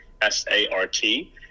s-a-r-t